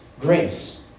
grace